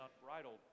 unbridled